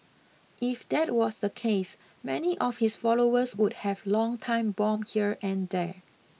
if that was the case many of his followers would have long time bomb here and there